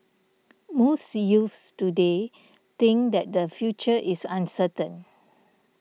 most youths today think that their future is uncertain